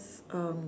um